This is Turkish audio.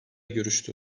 görüştü